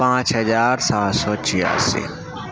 پانچ ہزار سات سو چھیاسی